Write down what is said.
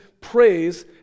praise